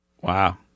Wow